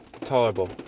Tolerable